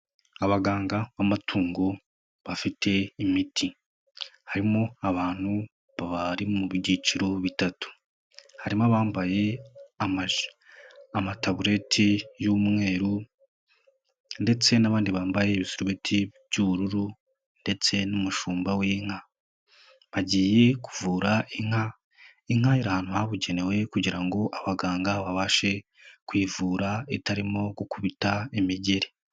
Abaganga b'amatungo bafite imiti, harimo abantu bari mu byiciro bitatu, harimo abambaye amatabureti y'umweru ndetse n'abandi bambaye ibisubeti by'ubururu ndetse n'umushumba w'inka, bagiye kuvura inka, inka iri ahantu habugenewe kugira ngo abaganga babashe kwivura itarimo gukubita imigeri.